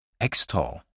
Extol